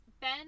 Ben